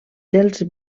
dels